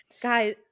Guys